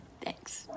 Thanks